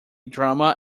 drama